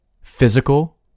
Physical